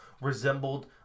resembled